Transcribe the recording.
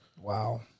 Wow